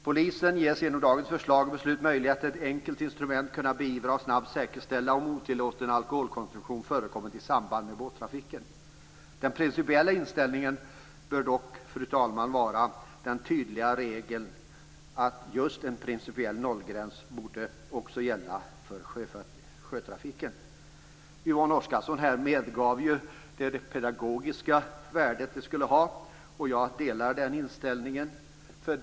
Polisen ges genom dagens förslag och beslut möjligheten att ha ett enkelt instrument för att kunna beivra och snabbt säkerställa om otillåten alkoholkonsumtion har förekommit i samband med båttrafiken. En principiell nollgräns borde dock, fru talman, gälla också för sjötrafiken. Det borde vara den tydliga regeln. Yvonne Oscarsson medgav ju det pedagogiska värde som en sådan skulle ha, och jag delar den inställningen.